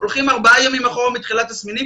הולכים ארבעה ימים אחורה מתחילת התסמין,